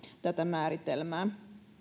tätä määritelmää